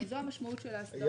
זו המשמעות של ההסדרה.